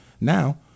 Now